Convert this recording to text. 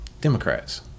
Democrats